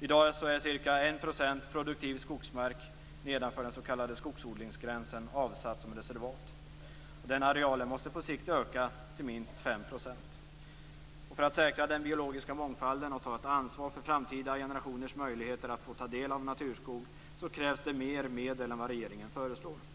I dag är ca 1 % produktiv skogsmark nedför den s.k. skogsodlingsgränsen avsatt som reservat. Den arealen måste på sikt öka till minst 5 %. För att säkra den biologiska mångfalden och ta ett ansvar för framtida generationers möjligheter att få ta del av naturskog krävs det mer medel än vad regeringen föreslår.